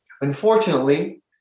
unfortunately